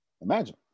Imagine